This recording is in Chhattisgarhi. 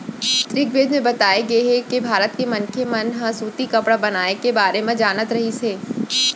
ऋगवेद म बताए गे हे के भारत के मनखे मन ह सूती कपड़ा बनाए के बारे म जानत रहिस हे